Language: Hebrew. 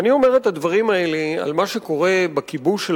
ואני אומר את הדברים האלה על מה שקורה בכיבוש של